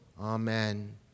Amen